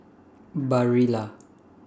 Barilla